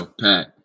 Pat